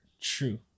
True